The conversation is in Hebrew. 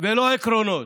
ולא עקרונות.